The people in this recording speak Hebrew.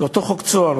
אותו חוק "צהר",